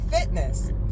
fitness